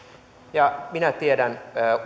minä tiedän